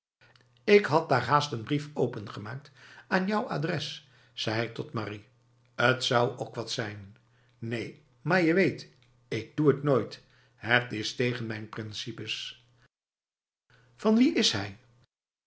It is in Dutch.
ik had daar haast n brief opengemaakt aan jouw adres zei hij tot marie t zou ook wat zijn neen maar je weet ik doe het nooit het is tegen mijn principes van wie is hij